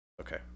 Okay